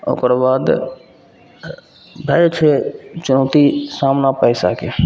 आओर ओकरबाद भै जाइ छै चुनौती सामना पइसाके